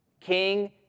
king